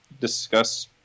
discuss